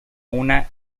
una